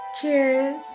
Cheers